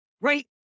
right